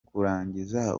kurangiza